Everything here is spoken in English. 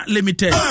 Limited